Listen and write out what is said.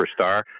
superstar